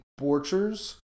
Borchers